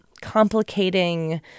complicating